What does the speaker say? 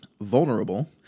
vulnerable